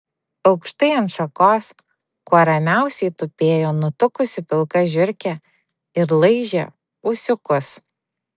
aukštai ant šakos kuo ramiausiai tupėjo nutukusi pilka žiurkė ir laižė ūsiukus